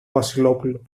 βασιλόπουλο